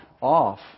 off